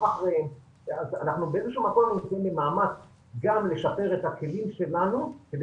--- אנחנו באיזה שהוא מקום נמצאים במאמץ גם לשפר את הכלים שלנו כדי